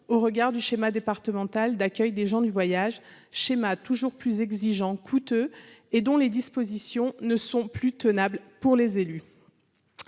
au regard du schéma départemental d'accueil des gens du voyage schémas toujours plus exigeants, coûteux et dont les dispositions ne sont plus tenables pour les élus